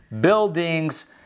buildings